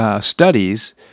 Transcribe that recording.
studies